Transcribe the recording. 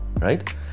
right